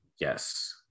Yes